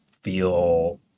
feel